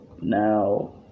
Now